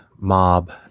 Mob